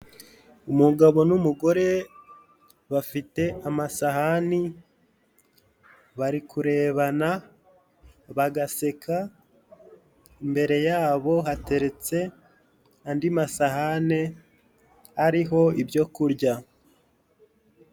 Umugabo n'umugore bafite amasahani barikurebana bagaseka, imbere yabo hateretse andi masahane ariho ibyo kurya.